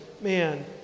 man